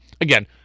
again